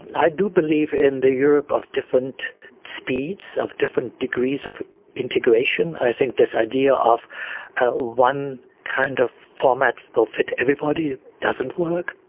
i do believe in the europe of different speeds, of different degrees of integration. i think this idea of one kind of format will fit everybody doesn't work.